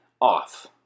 off